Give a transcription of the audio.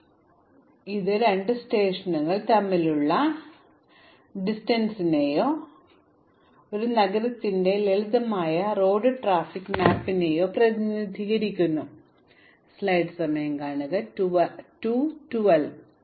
അല്ലെങ്കിൽ നിങ്ങൾക്ക് ഒരു റെയിൽവേ ശൃംഖല ഉണ്ടെങ്കിൽ അത് രണ്ട് സ്റ്റേഷനുകൾ തമ്മിലുള്ള ദൂരത്തെയോ ഒരു നഗരത്തിന്റെ ലളിതമായ ട്രാഫിക് റോഡ് മാപ്പിനെയോ പ്രതിനിധീകരിക്കുന്നു തിരക്കേറിയ സമയങ്ങളിൽ രണ്ട് കവലകൾക്കിടയിൽ എടുക്കുന്നതൊഴികെ ഒരാൾക്ക് എത്ര സമയമെടുക്കുമെന്ന് ഇത് പ്രതിനിധീകരിക്കുന്നു